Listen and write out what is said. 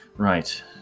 Right